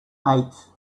eight